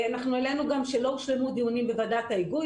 אנחנו העלינו גם שלא הושלמו דיונים בוועדת ההיגוי.